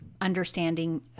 understanding